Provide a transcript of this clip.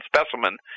specimen